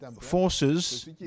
forces